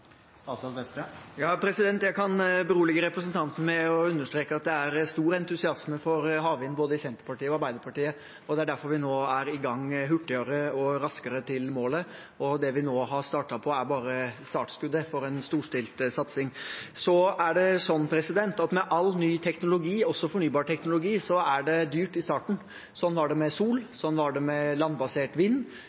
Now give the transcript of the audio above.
nye arbeidsplasser? Jeg kan berolige representanten med å understreke at det er stor entusiasme for havvind både i Senterpartiet og i Arbeiderpartiet, og det er derfor vi nå er i gang, hurtigere og raskere til målet. Det vi nå har startet på, er bare startskuddet for en storstilt satsing. Så er det sånn at med all ny teknologi, også fornybar teknologi, er det dyrt i starten. Sånn var det med sol, sånn var det med landbasert vind,